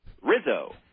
Rizzo